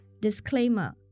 Disclaimer